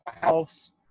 house